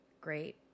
great